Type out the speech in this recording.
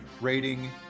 rating